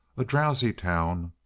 a drowsy town,